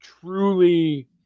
truly